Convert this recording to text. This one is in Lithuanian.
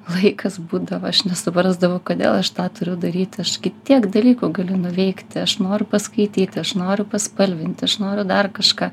laikas būdavo aš nesuprasdavau kodėl aš tą turiu daryti aš gi tiek dalykų galiu nuveikti aš noriu paskaityti aš noriu paspalvinti aš noriu dar kažką